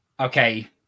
okay